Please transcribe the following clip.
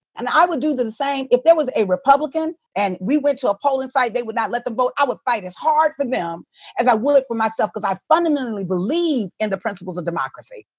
and i would do the same. if there was a republican and we went to a polling site, they would not let them vote, i would fight as hard for them as i would for myself. cause i fundamentally believe in the principles of democracy.